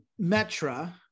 Metra